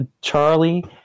Charlie